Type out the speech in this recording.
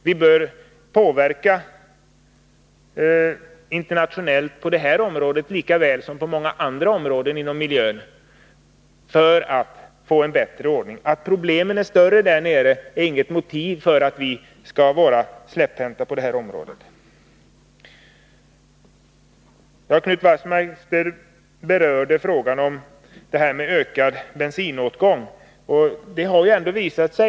Vi bör påverka utvecklingen internationellt på detta område, lika väl som på många andra miljöområden, för att få en bättre ordning. Att problemen är större nere i Europa är inget motiv för att vi skall vara overksamma. Knut Wachtmeister berörde frågan om ökad bensinåtgång.